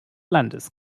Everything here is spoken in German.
landes